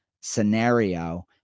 scenario